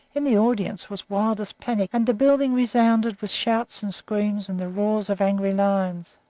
in the audience was wildest panic, and the building resounded with shouts and screams and the roars of angry lions.